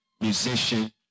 musician